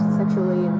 sexually